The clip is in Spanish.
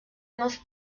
nos